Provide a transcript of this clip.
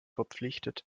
verpflichtet